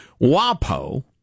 WAPO